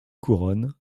couronne